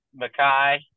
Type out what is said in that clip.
Makai